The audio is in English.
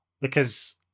because-